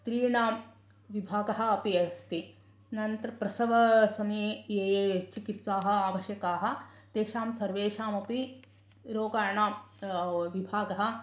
स्त्रीणां विभागः अपि अस्ति अनन्तरं प्रसवसमये ये ये चिकित्साः आवश्यकाः तेषां सर्वेषामपि रोगाणां विभागः